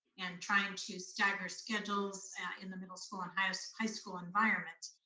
and trying to stagger schedules in the middle school and high so high school environment,